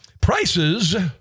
Prices